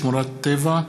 שמורות טבע,